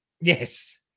Yes